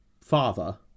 father